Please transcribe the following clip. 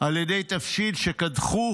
על ידי תבשיל שקדחו